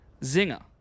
zinger